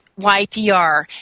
YPR